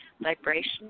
vibration